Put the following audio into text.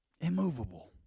Immovable